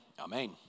Amen